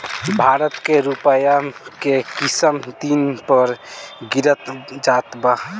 भारत के रूपया के किमत दिन पर दिन गिरत जात बा